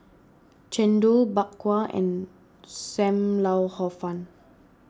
Chendol Bak Kwa and Sam Lau Hor Fun